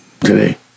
today